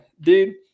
Dude